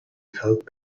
felt